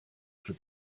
for